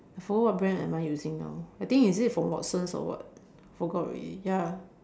I forgot what brand am I using now I think is it from Watsons or what forgot already ya